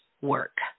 work